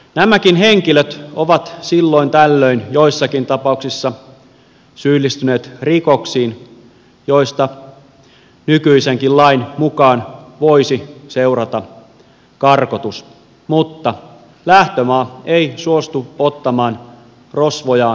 nämäkin henkilöt ovat silloin tällöin joissakin tapauksissa syyllistyneet rikoksiin joista nykyisenkin lain mukaan voisi seurata karkotus mutta lähtömaa ei suostu ottamaan rosvojaan kotiin